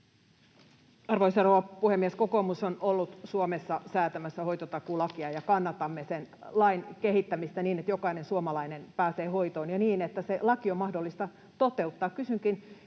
rouva puhemies! Kokoomus on ollut Suomessa säätämässä hoitotakuulakia, ja kannatamme sen lain kehittämistä, niin että jokainen suomalainen pääsee hoitoon ja niin että se laki on mahdollista toteuttaa.